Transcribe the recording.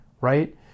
right